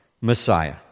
Messiah